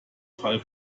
fall